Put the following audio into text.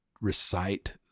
recite